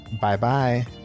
Bye-bye